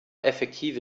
effektive